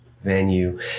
venue